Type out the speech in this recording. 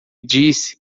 disse